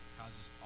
causes